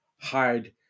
hide